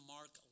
Mark